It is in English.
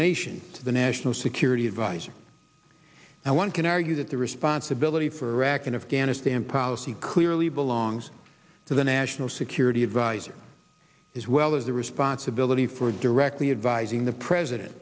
subordination to the national security adviser and one can argue that the responsibility for act in afghanistan policy clearly belongs to the national security advisor as well as the responsibility for directly advising the president